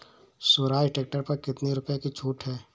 Swaraj tractor पर कितनी रुपये की छूट है?